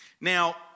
Now